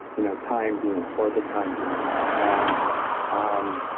you know time being, for the time being. and um